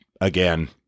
again